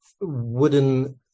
wooden